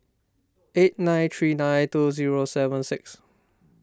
eight nine three nine two zero seven six